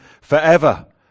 forever